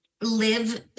live